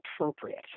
appropriate